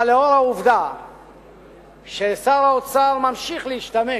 אבל לאור העובדה ששר האוצר ממשיך להשתמש